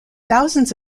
thousands